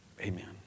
Amen